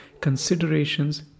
considerations